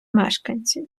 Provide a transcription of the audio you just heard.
мешканці